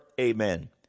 Amen